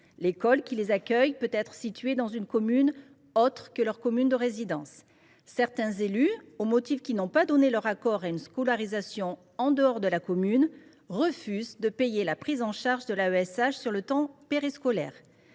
L’école qui les accueille peut être située dans une commune autre que leur commune de résidence. Certains élus, au motif qu’ils n’ont pas donné leur accord à une scolarisation en dehors de la commune, refusent de payer la prise en charge de l’AESH sur le temps périscolaire.